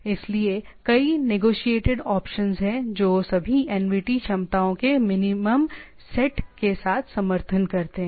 इसलिए कई negotiated options हैं जो सभी NVT क्षमताओं के मिनिमम सेट के साथ समर्थन करते हैं